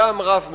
בדם רב מאוד.